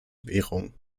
währung